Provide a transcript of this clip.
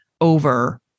over